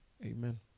Amen